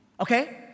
Okay